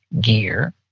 gear